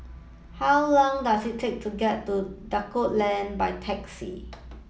how long does it take to get to Duku Lane by taxi